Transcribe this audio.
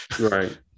right